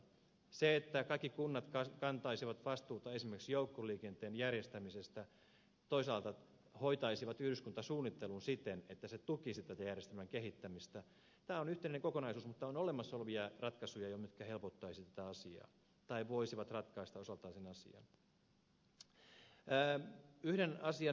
se että kaikki kunnat kantaisivat vastuuta esimerkiksi joukkoliikenteen järjestämisestä toisaalta hoitaisivat yhdyskuntasuunnittelunsa siten että se tukisi tämän järjestelmän kehittämistä on yhteinen kokonaisuus mutta on olemassa olevia ratkaisuja jo mitkä helpottaisivat tätä asiaa tai voisivat ratkaista osaltaan sen asian